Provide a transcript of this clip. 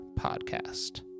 podcast